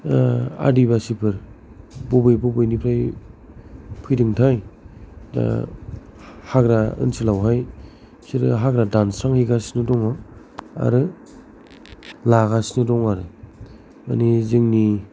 आदिबासिफोर बबे बबेनिफ्राय फैदोंथाय दा हाग्रा आनसोलावहाय बिसोरो हाग्रा दानस्रां हैगासिनो दङ' आरो लागासिनो दङ' आरो माने जोंनि